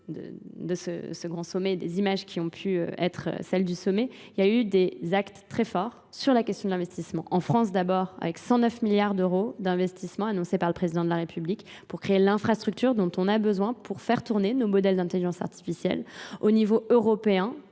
de ce grand sommet, des images qui ont pu être celles du sommet, il y a eu des actes très forts sur la question de l'investissement. En France d'abord, avec 109 milliards d'euros d'investissement annoncés par le président de la République pour créer l'infrastructure dont on a besoin pour faire tourner nos modèles d'intelligence artificielle. au niveau européen